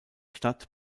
stadt